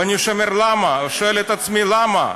ואני שואל את עצמי: למה?